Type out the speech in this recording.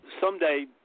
Someday